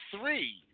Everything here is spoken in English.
three